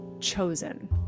chosen